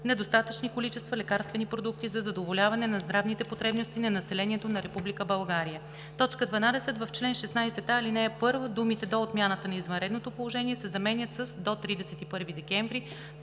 на достатъчни количества лекарствени продукти за задоволяване на здравните потребности на населението на Република България“. 12. В чл. 16а, ал. 1 думите „До отмяната на извънредното положение“ се заменят с „До 31 декември